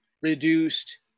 reduced